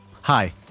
Hi